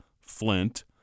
Flint